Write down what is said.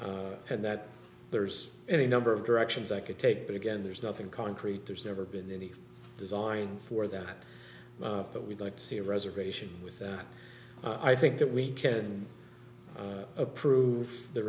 too and that there's any number of directions i could take but again there's nothing concrete there's never been any design for that but we'd like to see a reservation with that i think that we can approve the